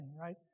right